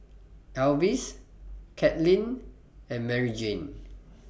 Elvis Caitlynn and Maryjane